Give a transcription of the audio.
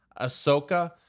Ahsoka